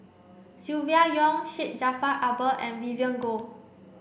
Silvia Yong Syed Jaafar Albar and Vivien Goh